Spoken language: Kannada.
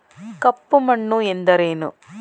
ಕಪ್ಪು ಮಣ್ಣು ಎಂದರೇನು?